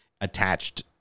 attached